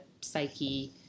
psyche